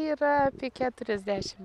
yra apie keturiasdešimt